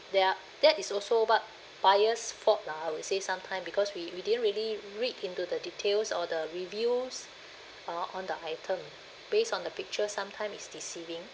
there are that is also but buyer's fault lah I would say sometime because we we didn't really read into the details or the reviews uh on the item based on the picture sometime is deceiving